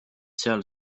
seal